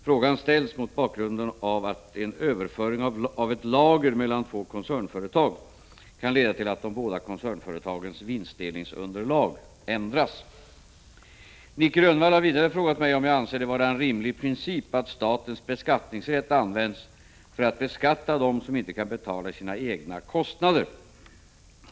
Frågan ställs mot bakgrund av att en överföring av ett lager mellan två koncernföretag kan leda till att de båda koncernföretagens vinstdelningsunderlag ändras. Nic Grönvall har vidare frågat mig om jag anser det vara en rimlig princip att statens beskattningsrätt använts för att beskatta dem som inte kan betala sina egna kostnader.